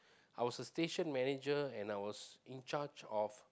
I was a station manager and I was in charge of